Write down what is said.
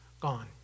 Gone